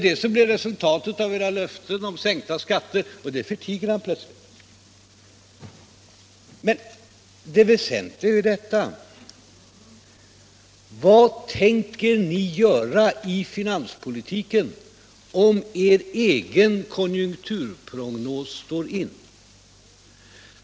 Det är resultatet av era löften om sänkta skatter, och det förtiger herr Bohman. Men det väsentliga är ju detta: Vad tänker ni göra i finanspolitiken, om er egen konjunkturprognos slår in?